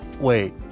Wait